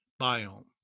biome